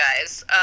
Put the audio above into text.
guys